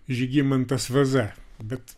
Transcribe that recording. žygimantas vaza bet